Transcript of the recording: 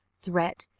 threat,